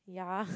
ya